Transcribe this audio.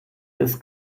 ist